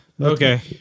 Okay